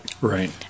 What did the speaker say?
Right